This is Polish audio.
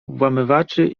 włamywaczy